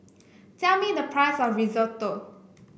tell me the price of Risotto